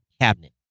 cabinet